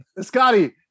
Scotty